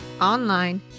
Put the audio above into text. Online